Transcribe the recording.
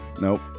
nope